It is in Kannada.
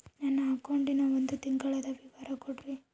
ನನ್ನ ಅಕೌಂಟಿನ ಒಂದು ತಿಂಗಳದ ವಿವರ ಕೊಡ್ರಿ?